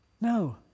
No